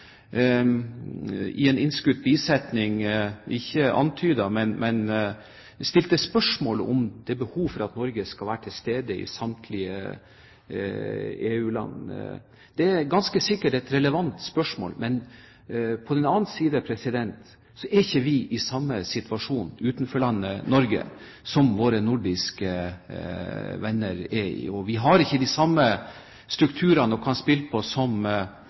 i en innskutt bisetning ikke antydet, men stilte spørsmål ved om det er behov for at Norge skal være til stede i samtlige EU-land. Det er ganske sikkert et relevant spørsmål, men på den annen side er ikke vi, utenforlandet Norge, i samme situasjon som våre nordiske venner er i. Vi har ikke de samme strukturene å spille på som